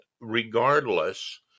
regardless